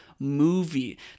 Movie